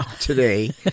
today